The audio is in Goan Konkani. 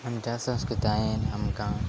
आमच्या संस्कृतायेन आमकां